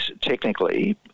technically